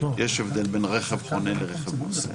שיש הבדל בין רכב חונה ולרכב נוסע.